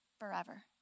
forever